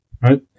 right